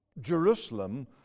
Jerusalem